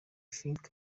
think